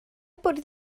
bwrdd